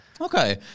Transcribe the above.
Okay